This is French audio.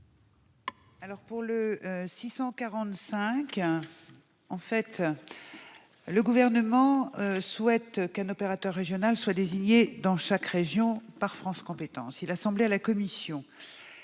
FONGECIF. Cela étant, le Gouvernement souhaite qu'un opérateur régional soit désigné dans chaque région par France compétences. Il a semblé à la commission